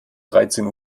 dreizehn